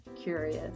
curious